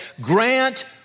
grant